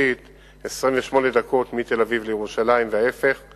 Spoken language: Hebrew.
התחבורה והבטיחות בדרכים ישראל כץ: